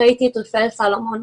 ראיתי את רפאל סלומון.